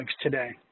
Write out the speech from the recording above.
today